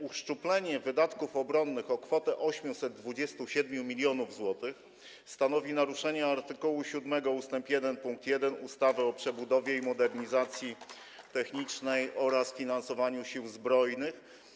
Uszczuplenie wydatków obronnych o kwotę 827 mln zł stanowi naruszenie art. 7 ust. 1 pkt 1 ustawy o przebudowie i modernizacji technicznej oraz finansowaniu Sił Zbrojnych.